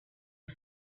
and